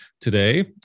today